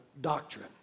doctrine